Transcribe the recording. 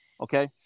Okay